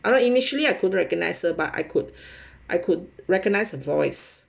ah the initially I couldn't recognise her but I could I could recognise her voice